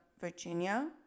Virginia